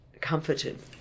comforted